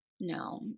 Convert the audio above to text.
No